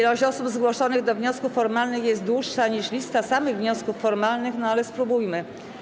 Liczba osób zgłoszonych do wniosków formalnych jest dłuższa niż lista samych wniosków formalnych, ale spróbujmy.